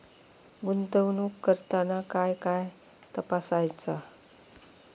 गुंतवणूक करताना काय काय तपासायच?